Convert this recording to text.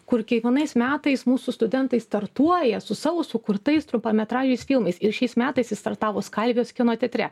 kur kiekvienais metais mūsų studentai startuoja su savo sukurtais trumpametražiais filmais ir šiais metais startavo skalvijos kino teatre